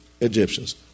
Egyptians